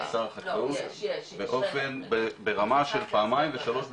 שר החקלאות ברמה של פעמיים ושלוש בשבוע.